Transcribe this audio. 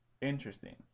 Interesting